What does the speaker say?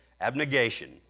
Abnegation